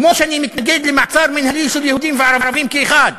כמו שאני מתנגד למעצר מינהלי של יהודים וערבים כאחד,